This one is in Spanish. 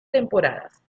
temporadas